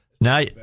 now